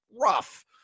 rough